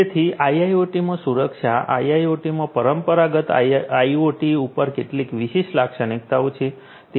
તેથી આઇઆઇઓટીમાં સુરક્ષા આઇઆઇઓટીમાં પરંપરાગત આઇઓટી ઉપર કેટલીક વિશિષ્ટ લાક્ષણિકતાઓ છે